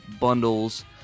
bundles